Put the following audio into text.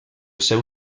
seu